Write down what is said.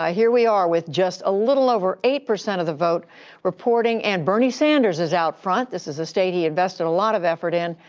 ah here we are. with just a little over eight percent of the vote reporting, and bernie sanders is out front. this is a state he invested a lot of effort in,